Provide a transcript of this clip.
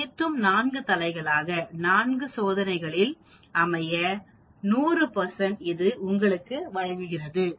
அனைத்தும் 4 தலைகளாக நான்கு சோதனைகளில் அமைய 100 இது உங்களுக்கு வழங்குகிறது